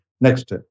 Next